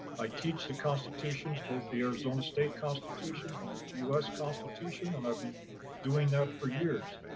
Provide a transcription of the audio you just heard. i teach the constitutions, both the arizona state constitution and the us constitution, and i've been doing that for years.